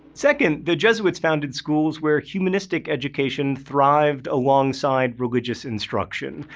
second, the jesuits founded schools where humanistic education thrived alongside religious instruction.